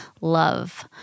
love